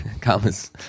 comes